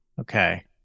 Okay